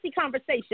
conversation